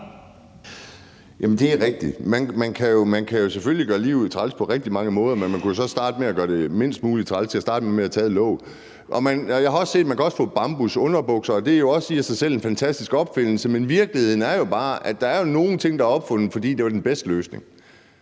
Jamen det er rigtigt; man kan selvfølgelig gøre livet træls på rigtig mange måder, men man kunne jo starte med at gøre det mindst muligt træls og starte med at tage låget. Jeg har også set, at man kan få bambusunderbukser, og det er jo i sig selv en fantastisk opfindelse, men virkeligheden er bare, at der er nogle ting, der er opfundet, fordi det var den bedste løsning.